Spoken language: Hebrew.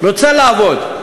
רוצה לעבוד.